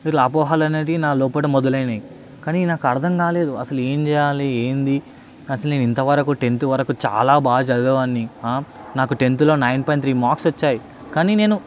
ఇట్లా అపోహలు అనేది నాలోపట మొదలైనయ్ కానీ నాకు అర్థం కాలేదు అసలేం చేయాలి ఏంది అసలు నేను ఇంతవరకు టెన్త్ వరకు చాలా బాగా చదివేవాన్ని నాకు టెంత్లో నైన్ పాయింట్ త్రీ మార్క్స్ వచ్చాయి కానీ నేను